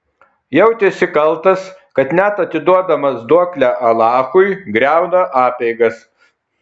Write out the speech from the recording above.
jautėsi kaltas kad net atiduodamas duoklę alachui griauna apeigas